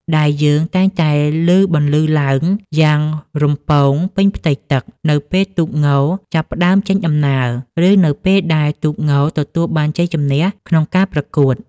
ដែលយើងតែងតែឮបន្លឺឡើងយ៉ាងរំពងពេញផ្ទៃទឹក នៅពេលទូកងចាប់ផ្តើមចេញដំណើរ ឬនៅពេលដែលទូកងទទួលបានជ័យជំនះក្នុងការប្រកួត។